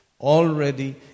already